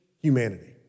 humanity